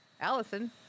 allison